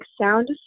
sound